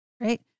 right